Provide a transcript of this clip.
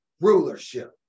rulership